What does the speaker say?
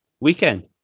weekend